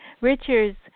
Richards